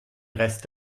rest